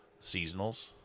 seasonals